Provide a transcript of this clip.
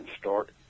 start